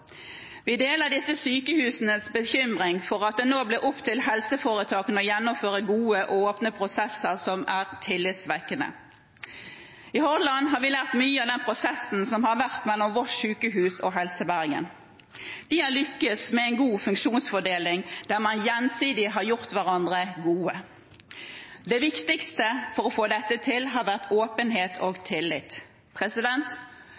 Vi deler disse sykehusenes bekymring for at det nå blir opp til helseforetakene å gjennomføre gode og åpne prosesser som er tillitvekkende. I Hordaland har vi lært mye av den prosessen som har foregått mellom Voss sjukehus og Helse Bergen. De har lyktes med en god funksjonsfordeling der man gjensidig har gjort hverandre gode. Det viktigste for å få dette til har vært åpenhet og